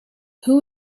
who